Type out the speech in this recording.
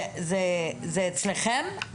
זה אצלכם?